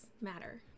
matter